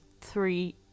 three